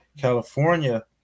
California